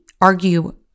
argue